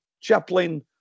Chaplin